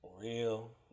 Real